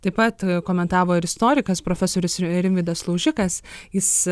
taip pat komentavo ir istorikas profesorius rimvydas laužikas jis